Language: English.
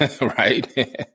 Right